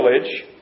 village